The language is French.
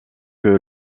que